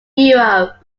europe